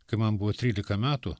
kai man buvo trylika metų